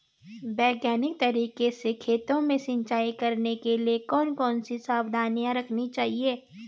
वैज्ञानिक तरीके से खेतों में सिंचाई करने के लिए कौन कौन सी सावधानी रखनी चाहिए?